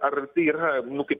ar tai yra nu kaip